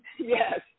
Yes